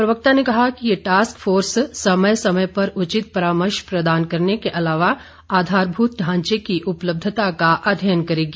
प्रवक्ता ने कहा कि ये टास्क फोर्स समय समय पर उचित परामर्श प्रदान करने के अलावा आधारभूत ढांचे की उपलब्धता का अध्ययन करेगी